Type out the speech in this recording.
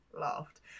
laughed